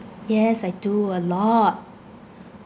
yes I do a lot